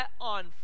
on